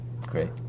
Great